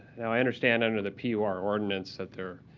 now, i understand under the pur ordinance that they're